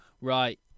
right